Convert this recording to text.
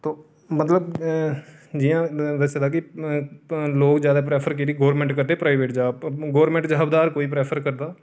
मतल जि'यां दस्सै दा कि लोक ज्यादा प्रैफर केह्ड़ी गोरमैंट करदे प्राईवेट जाॅब गोरमैंट जाॅब तां बर कोई प्रैफर करदा